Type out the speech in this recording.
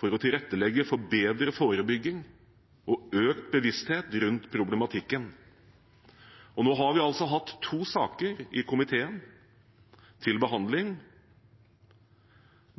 for å tilrettelegge for bedre forebygging og økt bevissthet rundt problematikken. Nå har vi hatt to saker til behandling i komiteen